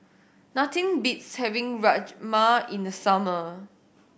nothing beats having Rajma in the summer